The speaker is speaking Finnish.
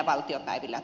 arvoisa puhemies